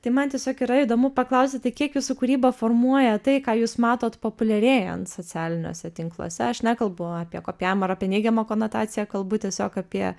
tai man tiesiog yra įdomu paklausti tai kiek jūsų kūrybą formuoja tai ką jūs matot populiarėjant socialiniuose tinkluose aš nekalbu apie kopijavimą ar apie neigiamą konotaciją kalbu tiesiog apie